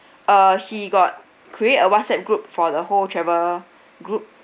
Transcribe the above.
uh he got create a WhatsApp group for the whole travel group